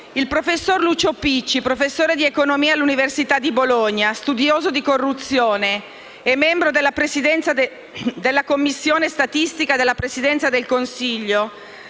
Il professor Lucio Picci, professore di economia all'università di Bologna, studioso di corruzione e membro della commissione statistica della Presidenza del Consiglio,